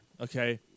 Okay